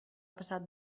passat